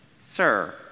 Sir